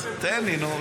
תן לי, נו.